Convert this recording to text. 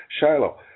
Shiloh